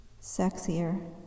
sexier